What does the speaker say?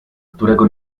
którego